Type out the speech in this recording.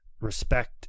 respect